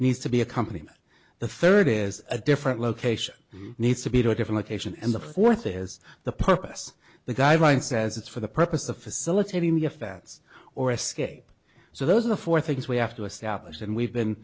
needs to be a company the third is a different location needs to be to a different location and the fourth is the purpose the guy ryan says it's for the purpose of facilitating the offense or escape so those are the four things we have to establish and we've been